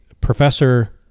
professor